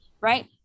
right